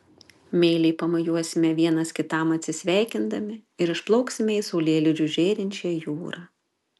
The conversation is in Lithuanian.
meiliai pamojuosime vienas kitam atsisveikindami ir išplauksime į saulėlydžiu žėrinčią jūrą